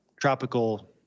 tropical